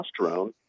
testosterone